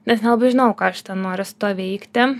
nes nelabai žinojau ką aš ten noriu su tuo veikti